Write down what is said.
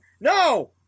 no